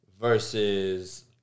versus